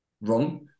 wrong